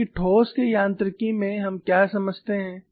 क्योंकि ठोस के यांत्रिकी में हम क्या समझते हैं